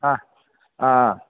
ಆಂ ಆಂ